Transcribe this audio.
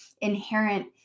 inherent